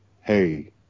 Hey